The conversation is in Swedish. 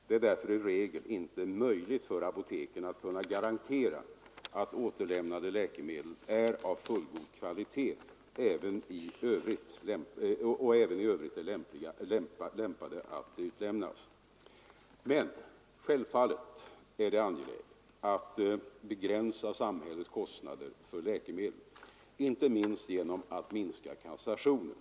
Det är därför i regel inte möjligt för apoteken att garantera att återlämnade läkemedel är av fullgod kvalitet och även i övrigt är lämpade att utlämnas. Men självfallet är det angeläget att begränsa samhällets kostnader för Nr 10 läkemedel, inte minst genom att minska kassationen.